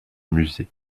musée